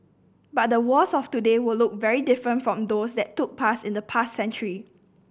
but the wars of today will look very different from those that took place in the past century